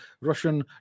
Russian